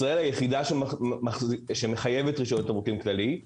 ישראל היא היחידה שמחייבת רישיון תמרוקים כללי.